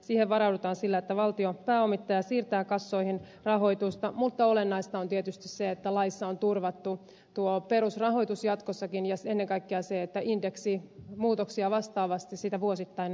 siihen varaudutaan sillä että valtiopääomittaja siirtää kassoihin rahoitusta mutta olennaista on tietysti se että laissa on turvattu tuo perusrahoitus jatkossakin ja ennen kaikkea se että indeksimuutoksia vastaavasti sitten vuosittain nostetaan